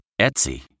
Etsy